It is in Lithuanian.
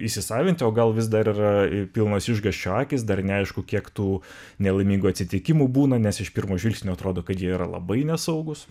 įsisavinti o gal vis dar yra pilnos išgąsčio akys dar neaišku kiek tų nelaimingų atsitikimų būna nes iš pirmo žvilgsnio atrodo kad jie yra labai nesaugūs